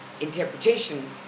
interpretation